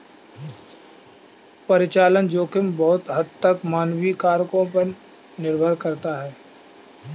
परिचालन जोखिम बहुत हद तक मानवीय कारकों पर निर्भर करता है